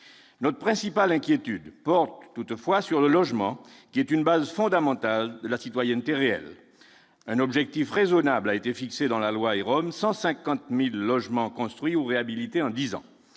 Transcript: notre principale inquiétude porte toutefois sur le logement, qui est une base fondamentale de la citoyenneté réelle un objectif raisonnable a été fixé dans la loi et Rome 150000 logements construits ou réhabilités en disant